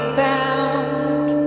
bound